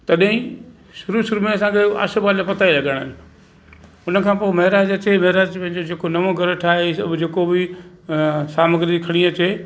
तॾहिं शुरू शुरू में असांखे आसोपालव जा पता ई लॻाइणा आहिनि हुन खां पोइ महाराज अचे महाराज जो जे को नव ग्रह ठाहे जे को बि सामग्री खणी अचे